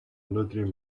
өнөөдрийн